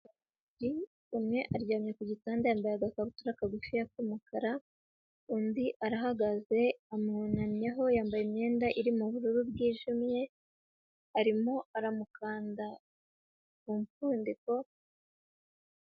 Ri umwe aryamye ku gitanda yambaye agakabutura kagufi k'umukara, undi arahagaze amwunamyeho yambaye imyenda irimo ubururu bwijimye arimo aramukanda ku mpfudiko.